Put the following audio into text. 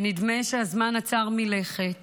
ונדמה שהזמן עצר מלכת